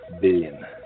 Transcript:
Billion